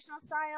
style